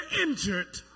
injured